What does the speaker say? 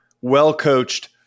well-coached